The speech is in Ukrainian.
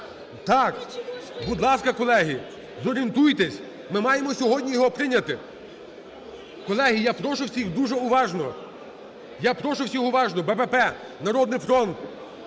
Так, будь ласка, колеги, зорієнтуйтесь. Ми маємо сьогодні його прийняти. Колеги, я прошу всіх дуже уважно, я прошу всіх уважно: БПП, "Народний фронт",